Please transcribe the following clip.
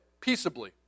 peaceably